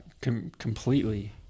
completely